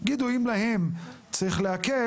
יגידו אם להם צריך להקל,